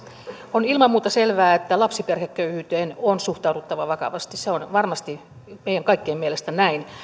on ilman muuta selvää että lapsiperheköyhyyteen on suhtauduttava vakavasti se on varmasti meidän kaikkien mielestä näin